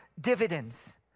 dividends